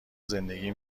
زندگی